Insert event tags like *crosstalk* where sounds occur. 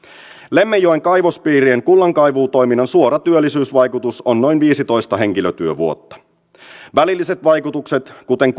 lemmenjoen kaivospiirien kullankaivuutoiminnan suora työllisyysvaikutus on noin viisitoista henkilötyövuotta välilliset vaikutukset kuten *unintelligible*